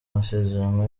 amasezerano